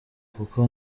kuko